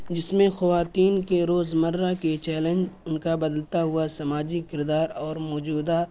جس میں خواتین کے روزمرہ کے چیلنج ان کا بدلتا ہوا سماجی کردار اور موجودہ